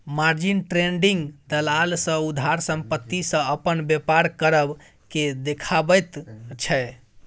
margin trading दलाल सँ उधार संपत्ति सँ अपन बेपार करब केँ देखाबैत छै